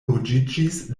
ruĝiĝis